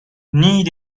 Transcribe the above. need